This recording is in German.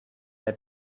der